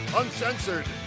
uncensored